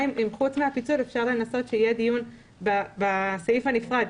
אם חוץ מהפיצול אפשר לנסות שיהיה דיון בסעיף הנפרד,